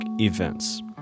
events